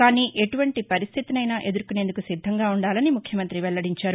కానీ ఎటువంటి పరిస్టితినైనా ఎదుర్కొనేందుకు సిద్దంగా ఉండాలని ముఖ్యమంత్రి వెల్లడించారు